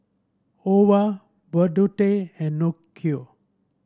Ova Burdette and Nicki